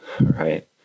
right